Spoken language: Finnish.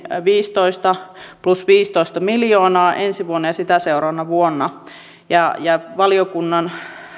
viisitoista plus viisitoista miljoonaa ensi vuonna ja sitä seuraavana vuonna valiokunnan